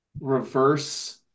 reverse